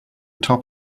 top